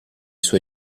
sua